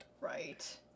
Right